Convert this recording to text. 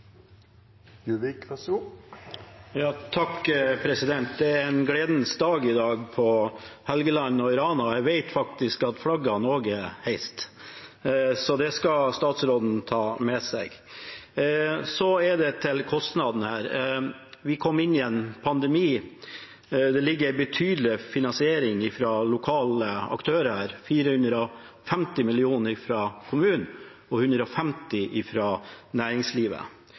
i Rana, og jeg vet faktisk at flaggene også er heist. Det skal statsråden ta med seg. Så til kostnadene her: Vi kom inn i en pandemi. Det ligger en betydelig finansiering fra lokale aktører her – 450 mill. kr fra kommunen og 150 mill. kr fra næringslivet.